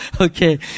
Okay